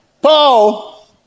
Paul